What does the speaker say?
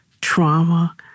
trauma